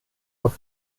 auf